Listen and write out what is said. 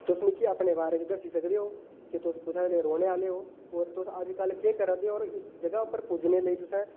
तुस मिगी अपने बारे च दस्सी सकदेओ के तुस कुत्थै दे रौह्ने आह्ले ओ होर तुस अजकल केह् करै देओ और इस जगह् उप्पर पुज्जने लेई तुसें